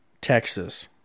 Texas